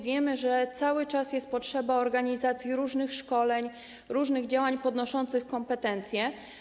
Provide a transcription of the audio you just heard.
Wiemy, że cały czas jest potrzeba organizacji różnych szkoleń, różnych działań podnoszących kompetencje.